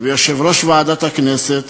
ויושב-ראש ועדת הכנסת.